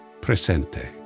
Presente